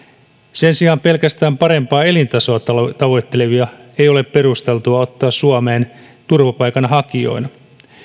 sen sijaan pelkästään parempaa elintasoa tavoittelevia ei ole perusteltua ottaa suomeen turvapaikanhakijoina